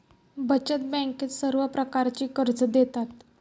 बचत बँकेत सर्व प्रकारची कर्जे देतात